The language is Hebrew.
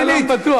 רוצה שלום בטוח.